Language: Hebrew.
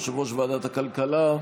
יושב-ראש ועדת הכלכלה,